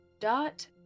Dot